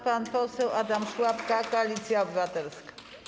Pan poseł Adam Szłapka, Koalicja Obywatelska.